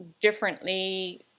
differently